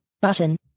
button